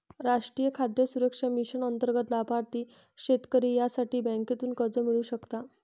राष्ट्रीय खाद्य सुरक्षा मिशन अंतर्गत लाभार्थी शेतकरी यासाठी बँकेतून कर्ज मिळवू शकता